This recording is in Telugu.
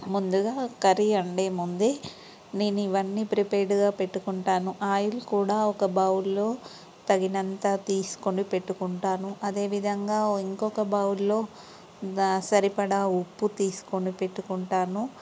ముందుగా కర్రీ అండే ముందే నేనివన్నీ ప్రిపేర్డ్గా పెట్టుకుంటాను ఆయిల్ కూడా ఒక బౌల్లో తగినంత తీసుకొని పెట్టుకుంటాను అదేవిధంగా ఇంకొక బౌల్లో దా సరిపడా ఉప్పు తీసుకొని పెట్టుకుంటాను